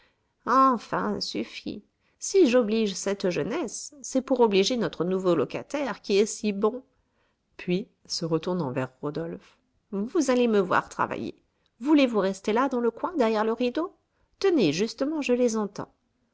enfin suffit si j'oblige cette jeunesse c'est pour obliger notre nouveau locataire qui est si bon puis se retournant vers rodolphe vous allez me voir travailler voulez-vous rester là dans le coin derrière le rideau tenez justement je les entends